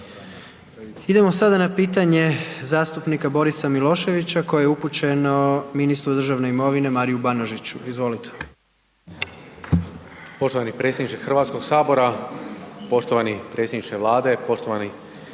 Idemo sada na pitanje zastupnika Borisa Miloševića koje je upućeno ministru državne imovine Mariju Banožiću. Izvolite.